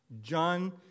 John